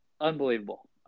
unbelievable